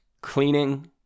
cleaning